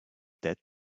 that